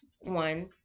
one